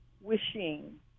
wishing